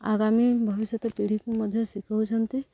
ଆଗାମୀ ଭବିଷ୍ୟତ ପିଢ଼ିକୁ ମଧ୍ୟ ଶିଖଉଛନ୍ତି